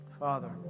Father